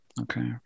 Okay